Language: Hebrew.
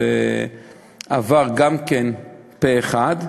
עבר גם כן פה-אחד,